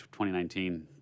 2019